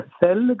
cell